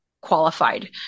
qualified